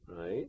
right